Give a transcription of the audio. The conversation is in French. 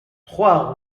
trois